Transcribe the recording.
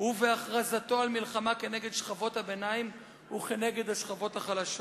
ולהכריז מלחמה נגד שכבות הביניים ונגד השכבות החלשות.